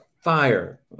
Fire